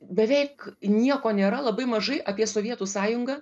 beveik nieko nėra labai mažai apie sovietų sąjungą